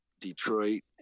Detroit